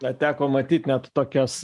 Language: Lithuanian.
dar teko matyt net tokias